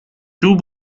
two